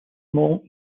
small